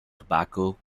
tobacco